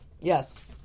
Yes